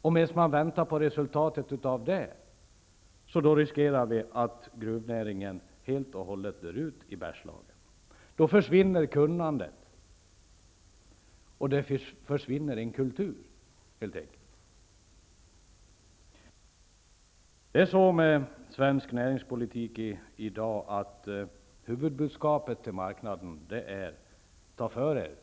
och medan man väntar på resultatet av dem riskerar gruvnäringen att helt och hållet dö ut i Bergslagen. Då försvinner kunnandet och en kultur. I svensk näringspolitik är huvudbudskapet till marknaden i dag: Ta för er!